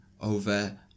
over